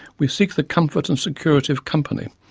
we seek the comfort and security of company,